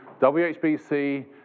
WHBC